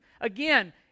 again